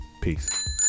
Peace